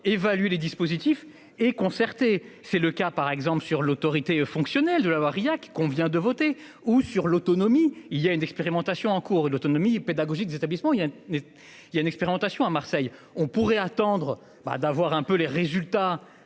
évaluer les dispositifs et concertée. C'est le cas par exemple sur l'autorité fonctionnelle de l'avoir il a qui qu'on vient de voter ou sur l'autonomie. Il y a une expérimentation en cours et l'autonomie pédagogique, l'établissement il y a. Il y a une expérimentation à Marseille on pourrait attendre. Bah, d'avoir un peu les résultats